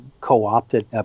co-opted